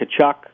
Kachuk